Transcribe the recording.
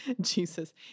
Jesus